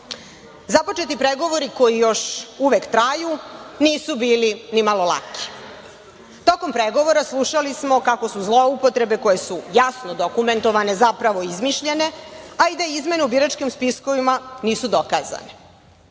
Beograda. Započeti pregovori koji još uvek traju nisu bili ni malo laki. Tokom pregovora slušali smo kako su zloupotrebe koje su jasno dokumentovane zapravo izmišljene, a i da izmene u biračkim spiskovima nisu dokazane. Na